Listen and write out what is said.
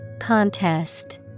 Contest